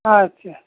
আচ্ছা